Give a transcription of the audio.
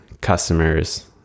customers